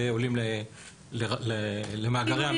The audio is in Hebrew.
ועולים למאגרי המידע,